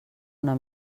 una